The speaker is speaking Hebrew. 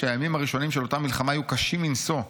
שהימים הראשונים של אותה מלחמה היו קשים מנשוא.